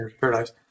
paradise